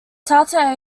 tata